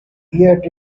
yet